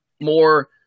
more